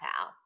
out